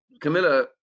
camilla